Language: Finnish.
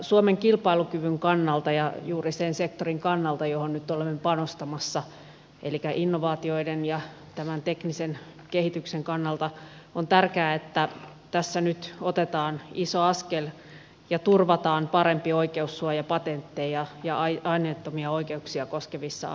suomen kilpailukyvyn kannalta ja juuri sen sektorin kannalta johon nyt olemme panostamassa elikkä innovaatioiden ja tämän teknisen kehityksen kannalta on tärkeää että tässä nyt otetaan iso askel ja turvataan parempi oikeussuoja patentteja ja aineettomia oikeuksia koskevissa asioissa